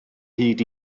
hyd